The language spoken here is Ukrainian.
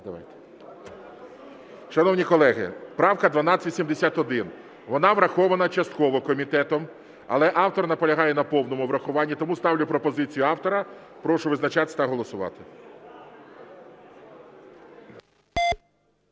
Шановні колеги, правка 1281, вона врахована частково комітетом, але автор наполягає на повному врахуванні, тому ставлю пропозицію автора. Прошу визначатися та голосувати.